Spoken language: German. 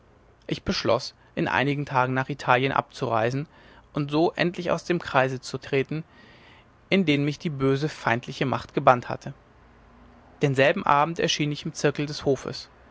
ich beschloß in einigen tagen nach italien abzureisen und so endlich aus dem kreise zu treten in den mich die böse feindliche macht gebannt hatte denselben abend erschien ich im zirkel des hofes